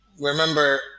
Remember